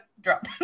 drop